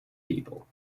people